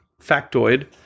factoid